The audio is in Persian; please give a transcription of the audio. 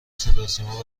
صداسیما